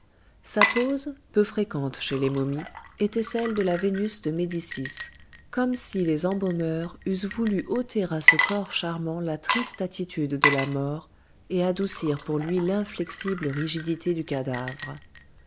sa pose peu fréquente chez les momies était celle de la vénus de médicis comme si les embaumeurs eussent voulu ôter à ce corps charmant la triste attitude de la mort et adoucir pour lui l'inflexible rigidité du cadavre